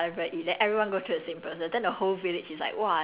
but then after that he eat already right then he's like eh actually it's not that bad